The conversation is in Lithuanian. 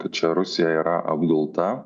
kad čia rusija yra apgulta